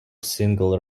single